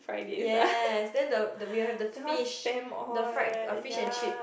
yes then the the we will have the fish the fried the fish and chips